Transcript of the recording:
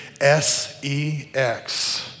S-E-X